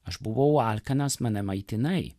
aš buvau alkanas mane maitinai